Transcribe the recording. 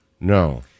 No